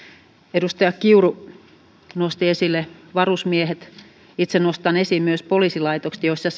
edustaja kiuru nosti esille varusmiehet itse nostan esiin myös poliisilaitokset joissa